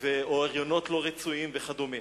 או מהריונות לא רצויים וכדומה.